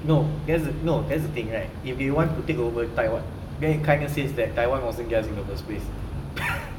no that's the no that's the thing right if they want to take over taiwan then it says taiwan wasn't theirs in the first place